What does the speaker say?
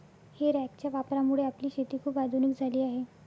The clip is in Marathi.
हे रॅकच्या वापरामुळे आपली शेती खूप आधुनिक झाली आहे